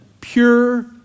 pure